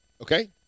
Okay